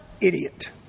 idiot